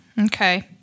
Okay